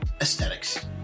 aesthetics